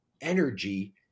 energy